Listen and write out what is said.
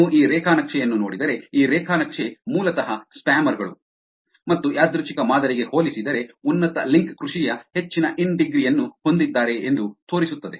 ನೀವು ಈ ರೇಖಾ ನಕ್ಷೆ ಅನ್ನು ನೋಡಿದರೆ ಈ ರೇಖಾ ನಕ್ಷೆ ಮೂಲತಃ ಸ್ಪ್ಯಾಮರ್ ಗಳು ಮತ್ತು ಯಾದೃಚ್ಛಿಕ ಮಾದರಿಗೆ ಹೋಲಿಸಿದರೆ ಉನ್ನತ ಲಿಂಕ್ ಕೃಷಿಯ ಹೆಚ್ಚಿನ ಇನ್ ಡಿಗ್ರಿ ಯನ್ನು ಹೊಂದಿದ್ದಾರೆ ಎಂದು ತೋರಿಸುತ್ತದೆ